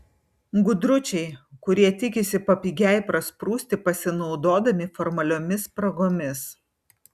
gudručiai kurie tikisi papigiai prasprūsti pasinaudodami formaliomis spragomis